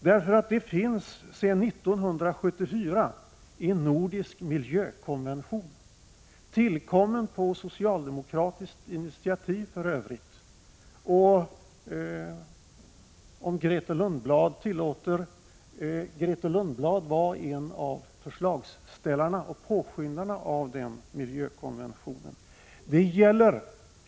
Det finns sedan 1974 en nordisk miljökonvention — tillkommen på socialdemokratiskt initiativ för övrigt — och om Grethe Lundblad tillåter, vill jag nämna att hon var en av förslagsställarna och påskyndarna till denna miljökonvention. Det 15 Prot.